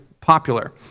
popular